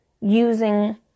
using